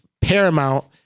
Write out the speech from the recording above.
paramount